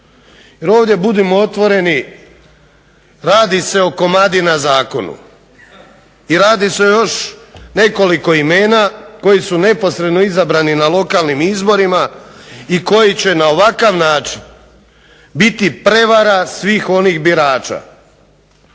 ovdje budimo otvoreni radi se o Komadina Zakonu i radi se o još nekoliko imena koji su neposredno izabrani na lokalnim izborima i koji će na ovakav način biti prevara svih onih birača.